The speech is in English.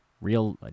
Real